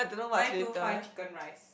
nine two five chicken rice